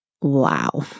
Wow